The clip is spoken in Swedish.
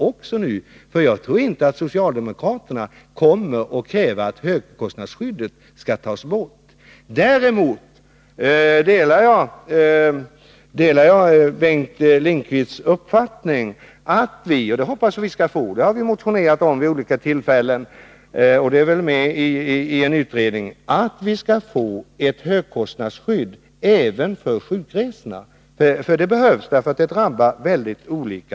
Jag tror därför inte att socialdemokraterna kommer att kräva att högkostnadsskyddet skall tas bort. Däremot delar jag Bengt Lindqvists uppfattning att man bör få till stånd ett högkostnadsskydd även för sjukresor. Det har vi motionerat om vid olika tillfällen, och den frågan finns också med i en utredning. Ett sådant skydd behövs, eftersom kostnaderna för sjukresor i dag drabbar mycket olika.